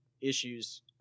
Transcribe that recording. issues